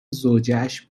زوجهاش